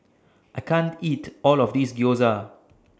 I can't eat All of This Gyoza